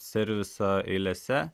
serviso eilėse